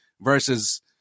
versus